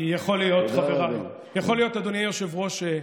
יכול להיות, אדוני היושב-ראש,